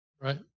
Right